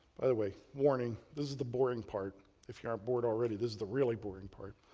by the way, warning, this is the boring part if you aren't bored already, this is the really boring part.